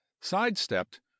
sidestepped